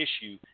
issue